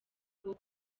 bwo